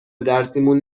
درسیمون